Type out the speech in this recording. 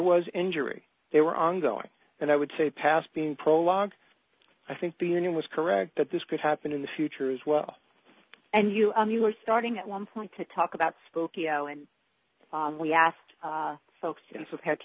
was injury there were ongoing and i would say past being prologue i think the union was correct that this could happen in the future as well and you were starting at one point to talk about spokeo and we asked folks